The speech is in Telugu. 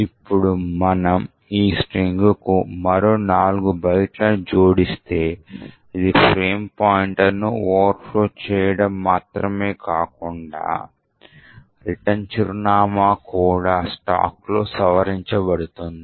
ఇప్పుడు మనము ఈ స్ట్రింగ్కు మరో 4 బైట్లను జోడిస్తే అది ఫ్రేమ్ పాయింటర్ను ఓవర్ ఫ్లో చేయడం మాత్రమే కాకుండా రిటర్న్ చిరునామా కూడా స్టాక్లో సవరించబడుతుంది